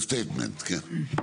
understatement, כן.